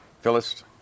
Phyllis